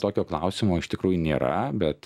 tokio klausimo iš tikrųjų nėra bet